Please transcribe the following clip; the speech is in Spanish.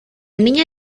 niña